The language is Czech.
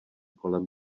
kolem